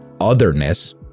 otherness